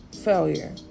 failure